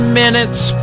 minutes